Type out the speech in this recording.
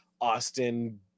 Austin